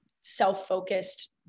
self-focused